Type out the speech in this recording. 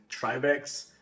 tribex